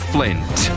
Flint